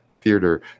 theater